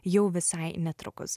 jau visai netrukus